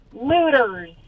Looters